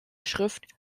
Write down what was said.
schrift